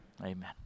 amen